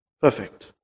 perfect